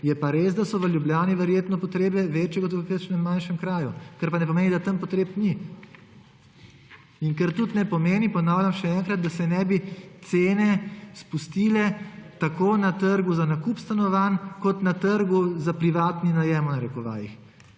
Je pa res, da so v Ljubljani verjetno potrebe večje kot v kakšnem manjšem kraju, kar pa ne pomeni, da tam potreb ni. In kar tudi ne pomeni, ponavljam še enkrat, da se ne bi cene spustile tako na trgu za nakup stanovanj kot na trgu za privatni najem – v narekovajih